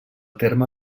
terme